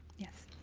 yes?